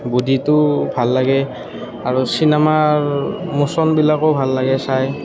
বডিটো ভাল লাগে আৰু চিনেমাৰ মোচনবিলাকো ভাল লাগে চাই